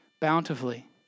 bountifully